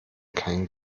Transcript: keinen